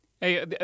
Hey